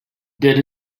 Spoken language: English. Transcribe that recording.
did